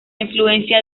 influencia